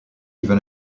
even